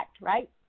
right